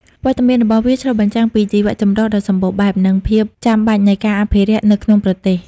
វត្តមានរបស់វាឆ្លុះបញ្ចាំងពីជីវៈចម្រុះដ៏សម្បូរបែប និងភាពចាំបាច់នៃការអភិរក្សនៅក្នុងប្រទេស។